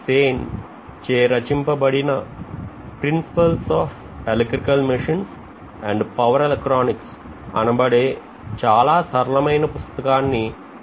Sen చే రచింపబడిన Principles of Electrical Machines and Power Electronics అనబడే చాలా సరళమైన పుస్తకాన్ని సిఫార్సు చేస్తున్నాం